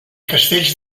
castells